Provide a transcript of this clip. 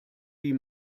wie